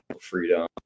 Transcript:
freedom